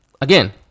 Again